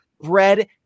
bread